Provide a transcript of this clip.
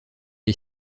est